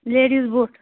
ladies boot